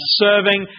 serving